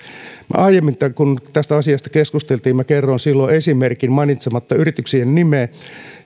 aiemmin kun tästä asiasta keskusteltiin minä kerroin silloin esimerkin mainitsematta yrityksen nimeä